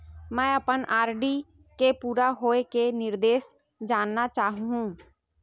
मैं अपन आर.डी के पूरा होये के निर्देश जानना चाहहु